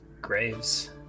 graves